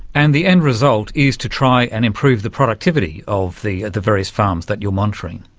and the end result is to try and improve the productivity of the the various farms that you are monitoring.